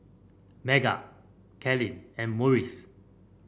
Meggan Kylene and Morris